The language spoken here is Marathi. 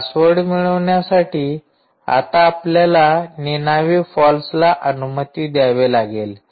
पासवर्ड मिळविण्यासाठी आता आपल्याला निनावी फॉल्सला अनुमती द्यावी लागेल